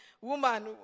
woman